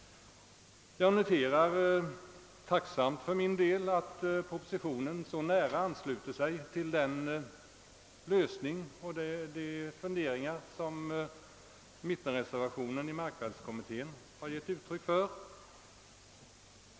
Jag noterar för min del tacksamt att propositionen så nära ansluter sig till den lösning som mittenreservationen i markvärdekommittén har förordat.